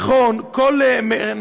אם זה גיחון,